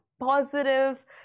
positive